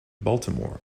baltimore